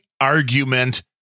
argument